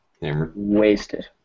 wasted